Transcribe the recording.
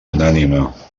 unànime